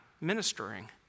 ministering